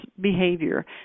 behavior